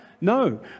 No